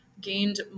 gained